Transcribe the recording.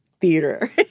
theater